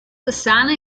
sana